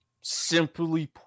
Simply